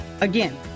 Again